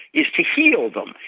is to heal them,